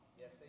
Yes